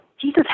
Jesus